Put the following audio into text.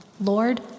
Lord